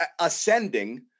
ascending